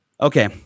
okay